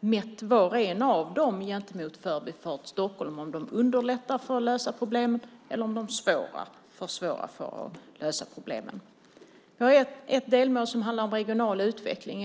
vägt vart och ett av dem mot Förbifart Stockholm för att se om de underlättar att lösa problemen eller om de försvårar det hela. Ett delmål handlar om regional utveckling.